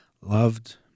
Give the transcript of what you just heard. loved